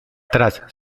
tras